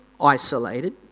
isolated